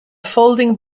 folding